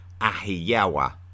Ahiyawa